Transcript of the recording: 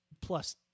plus